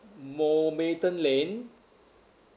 mo~ matten lane